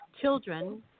children